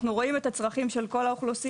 אנחנו רואים את הצרכים של כל האוכלוסייה